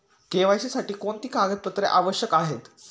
KYC साठी कोणती कागदपत्रे आवश्यक आहेत?